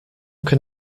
can